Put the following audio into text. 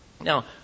Now